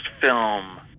film